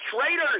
traitors